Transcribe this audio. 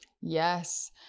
Yes